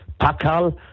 Pakal